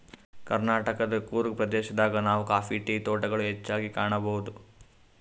ಕರ್ನಾಟಕದ್ ಕೂರ್ಗ್ ಪ್ರದೇಶದಾಗ್ ನಾವ್ ಕಾಫಿ ಟೀ ತೋಟಗೊಳ್ ಹೆಚ್ಚಾಗ್ ಕಾಣಬಹುದ್